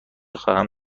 خواهم